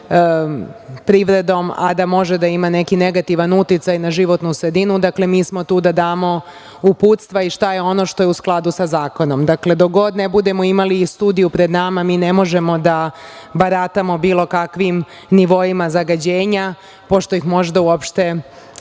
privredom, a da može da ima negativan uticaj na životnu sredinu. Dakle, mi smo tu da damo uputstva i šta je ono što je u skladu sa zakonom. Dakle, dok god ne budemo imali studiju pred nama, mi ne možemo da baratamo bilo kakvim nivoima zagađenja, pošto ih možda uopšte